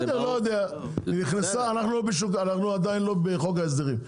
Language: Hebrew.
בסדר, לא יודע, אנחנו עדיין לא בחוק ההסדרים.